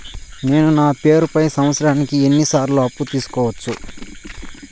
నేను నా పేరుపై సంవత్సరానికి ఎన్ని సార్లు అప్పు తీసుకోవచ్చు?